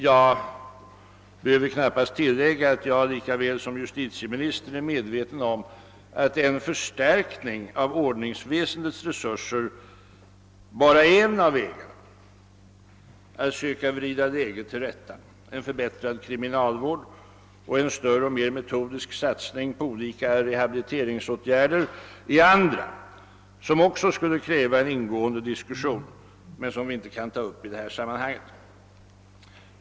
Jag behöver knappast tillägga att jag lika väl som justitieministern är medveten om att en förstärkning av ordningsväsendets resurser bara är en av vägarna att söka vrida läget till rätta. En förbättrad kriminalvård och en större och mer metodisk satsning på olika rehabiliteringsåtgärder är andra, som också skulle kräva en ingående diskussion men som vi inte kan ta upp i det här sammanhanget.